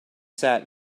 sat